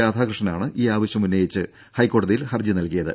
രാധാകൃഷ്ണ നാണ് ഈ ആവശ്യം ഉന്നയിച്ച് ഹൈക്കോടതിയിൽ ഹർജി നൽകിയത്